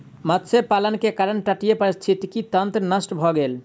मत्स्य पालन के कारण तटीय पारिस्थितिकी तंत्र नष्ट भ गेल